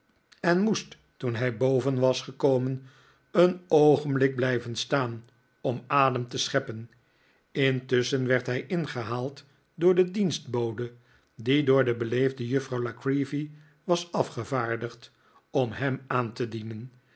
en moest toen hij boven was gekomen een oogenblik blijven staan om adem te scheppen intusschen werd hij ingehaald door de dienstbode die door de beleefde juffrouw la creevy was afgevaardigd om hem aan te dienen